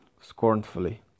Scornfully